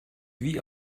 wie